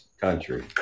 country